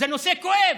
זה נושא כואב.